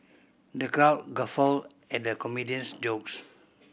the crowd guffawed at the comedian's jokes